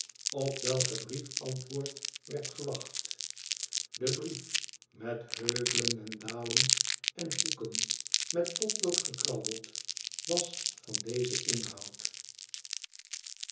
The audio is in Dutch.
op welken brief antwoord werd gewacht de brief met heuvelen en dalen en hoeken inet potlood gekrabbeld was van dezen inhoud